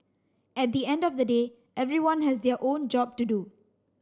at the end of the day everyone has their own job to do